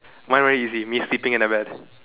mine very easy me sleeping in my bed